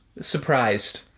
Surprised